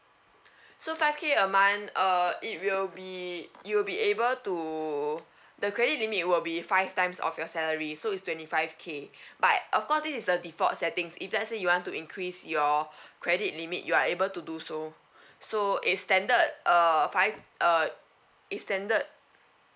so five K a month uh it will be you'll be able to the credit limit will be five times of your salary so it's twenty five K but of course this is the default settings it let say you want to increase your credit limit you are able to do so so it's standard uh five uh it's standard